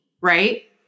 right